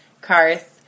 Karth